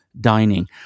dining